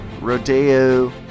Rodeo